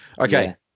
Okay